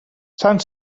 sant